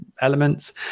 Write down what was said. elements